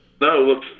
No